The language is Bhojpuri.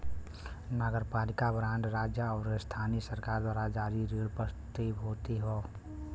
नगरपालिका बांड राज्य आउर स्थानीय सरकार द्वारा जारी ऋण प्रतिभूति हौ